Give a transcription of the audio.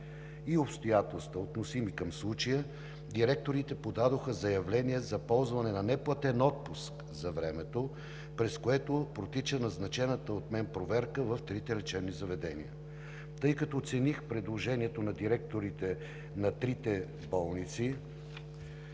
и обстоятелства, относими към случая, директорите подадоха заявление за ползване на неплатен отпуск за времето, през което протича назначената от мен проверка в трите лечебни заведения. Тъй като оцених предложението на директорите на трите болници